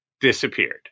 disappeared